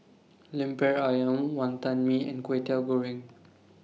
Lemper Ayam Wantan Mee and Kwetiau Goreng